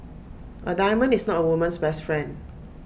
A diamond is not A woman's best friend